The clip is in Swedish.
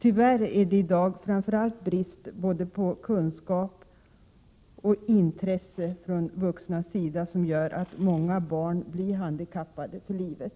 Tyvärr är det i dag framför allt brist på både kunskap och intresse från vuxnas sida som gör att många barn blir handikappade för livet.